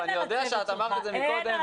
ואני יודע שאת אמרת את זה מקודם,